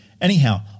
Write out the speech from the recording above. Anyhow